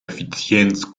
effizienz